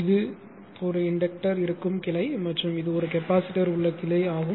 இது ஒரு இன்டக்டர் இருக்கும் கிளை மற்றும் இது ஒரு கெபாசிட்டர் உள்ள கிளை ஆகும்